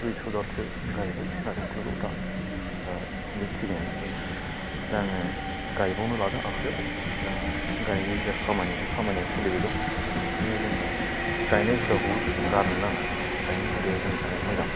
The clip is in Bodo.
दुयस'दालसो गायबाय नारेंखलखौ दा दा बेखिनिआनो दा आङो गायबावनो लादों आखायाव दा गायनाय जा खामानि बे खामानिया सोलिबाय दं ओंखायनो जोङो गायनाय हुदाखौबो गारनो नाङा गायनाय हुदाया जोंनि थाखाय मोजां